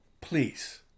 Please